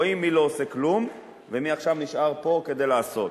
רואים מי לא עושה כלום ומי עכשיו נשאר פה כדי לעשות.